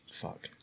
fuck